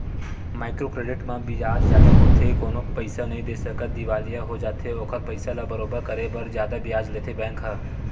micro credit म बियाज जादा होथे कोनो पइसा नइ दे सकय दिवालिया हो जाथे ओखर पइसा ल बरोबर करे बर जादा बियाज लेथे बेंक ह